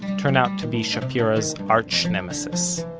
turn out to be shapira's arch-nemesis.